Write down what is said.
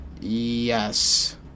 Yes